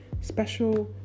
special